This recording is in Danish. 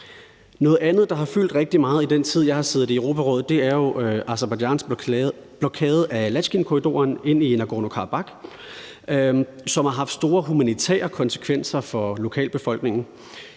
Noget andet, der har fyldt rigtig meget i den tid, jeg har siddet i Europarådet, er jo Aserbajdsjans blokade af Lachinkorridoren til Nagorno-Karabakh, som har haft store humanitære konsekvenser for lokalbefolkningen.